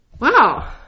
wow